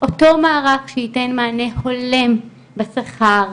אותו מערך שיתן מענה הולם בשכר,